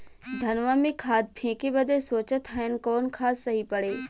धनवा में खाद फेंके बदे सोचत हैन कवन खाद सही पड़े?